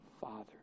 Father